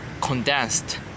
condensed